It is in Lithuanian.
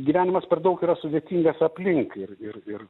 gyvenimas per daug yra sudėtingas aplink ir ir ir